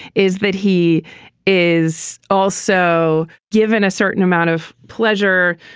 is that he is also given a certain amount of pleasure,